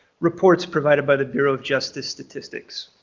reports provided by the bureau of justice statistics.